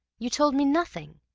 you told me nothing.